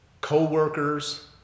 co-workers